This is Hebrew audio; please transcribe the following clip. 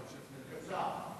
זה קצר.